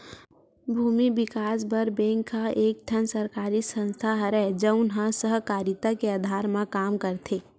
भूमि बिकास बर बेंक ह एक ठन सरकारी संस्था हरय, जउन ह सहकारिता के अधार म काम करथे